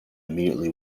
immediately